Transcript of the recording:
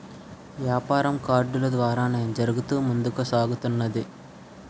యాపారం కార్డులు ద్వారానే జరుగుతూ ముందుకు సాగుతున్నది